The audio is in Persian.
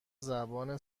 زبان